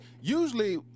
usually